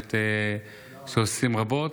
שעושים רבות.